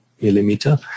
millimeter